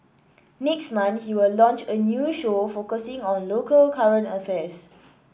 next month he will launch a new show focusing on local current affairs